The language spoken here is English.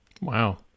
Wow